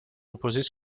reposait